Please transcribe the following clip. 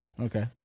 Okay